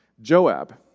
Joab